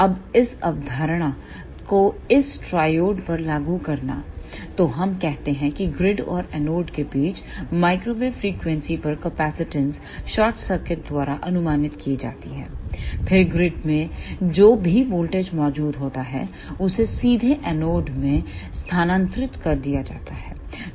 अब इस अवधारणा को इस ट्रायोड पर लागू करना तो हम कहते हैं कि ग्रिड और एनोड के बीच माइक्रोवेव फ्रीक्वेंसी पर कैपेकैपेसिटेंस शॉर्ट सर्किट द्वारा अनुमानित की जाति है फिर ग्रिड में जो भी वोल्टेज मौजूद होता है उसे सीधे एनोड में स्थानांतरित कर दिया जाएगा